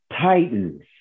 Titans